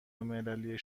المللی